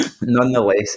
nonetheless